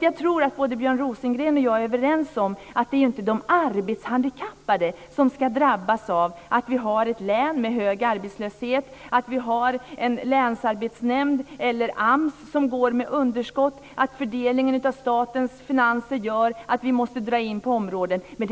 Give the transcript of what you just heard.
Jag tror att både Björn Rosengren och jag är överens om att det inte är de arbetshandikappade som ska drabbas av att vi har ett län med hög arbetslöshet, att länsarbetsnämnden eller AMS går med underskott och att fördelningen av statens finanser gör att vi måste dra in på områden.